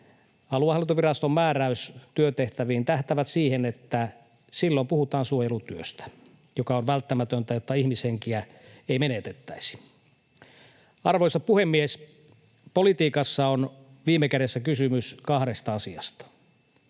aluehallintoviraston määräys työtehtäviin, tähtää siihen, että silloin puhutaan suojelutyöstä, joka on välttämätöntä, jotta ihmishenkiä ei menetettäisi. Arvoisa puhemies! Politiikassa on viime kädessä kysymys kahdesta asiasta: